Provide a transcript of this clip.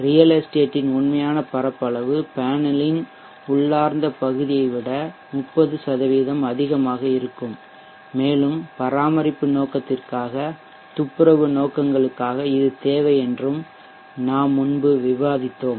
real எஸ்டேட்டின் உண்மையான பரப்பளவு பேனலின் உள்ளார்ந்த பகுதியை விட 30 அதிகமாக இருக்கும் மேலும் பராமரிப்பு நோக்கத்திற்காக துப்புரவு நோக்கங்களுக்காக இது தேவை என்றும் நாம் முன்பு விவாதித்தோம்